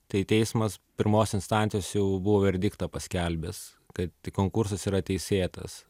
tai teismas pirmos instancijos jau buvo verdiktą paskelbęs kad konkursas yra teisėtas